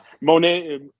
monet